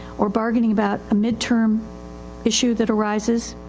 or bargaining about a mid-term issue that arises.